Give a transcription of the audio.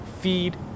Feed